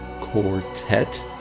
Quartet